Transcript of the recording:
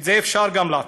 גם את זה אפשר לעשות.